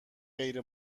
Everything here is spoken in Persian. غیر